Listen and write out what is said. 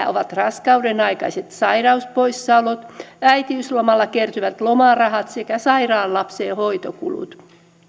ovat raskaudenaikaiset sairauspoissaolot äitiyslomalla kertyvät lomarahat sekä sairaan lapsen hoitokulut